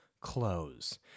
close